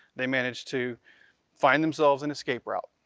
they managed to find themselves an escape route.